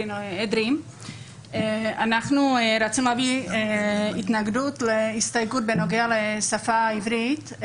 אנחנו רוצים להביא התנגדות להסתייגות בנוגע לשפה הערבית.